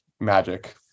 magic